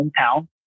hometown